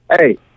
Hey